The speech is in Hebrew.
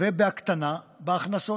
ובהקטנה בהכנסות.